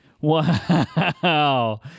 Wow